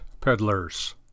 PEDDLERS